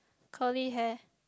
curly hair